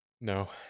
No